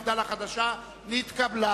מפד"ל החדשה נתקבלה.